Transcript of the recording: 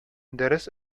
дәрес